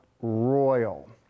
royal